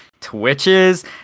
Twitches